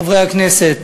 חברי הכנסת,